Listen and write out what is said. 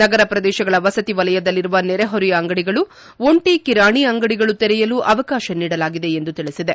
ನಗರ ಪ್ರದೇಶಗಳ ವಸತಿ ವಲಯದಲ್ಲಿರುವ ನೆರೆಹೊರೆಯ ಅಂಗಡಿಗಳು ಒಂಟಿ ಕಿರಾಣಿ ಅಂಗಡಿಗಳು ತೆರೆಯಲು ಅವಕಾಶ ನೀಡಲಾಗಿದೆ ಎಂದು ತಿಳಿಸಿದೆ